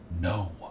No